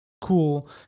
cool